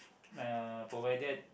uh provided